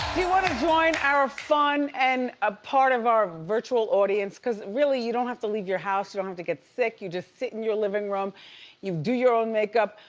you wanna join our fun and a part of our virtual audience cause really you don't have to leave your house. you don't have to get sick. you just sit in your living you do your own makeup,